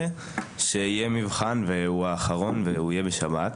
שיהיה מבחן והוא האחרון והוא יהיה בשבת.